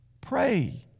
Pray